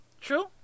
True